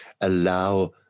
allow